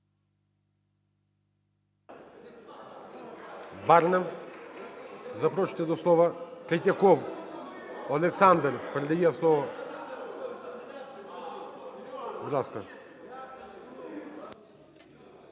Барна запрошується до слова. Третьяков Олександр передає слово. Будь ласка.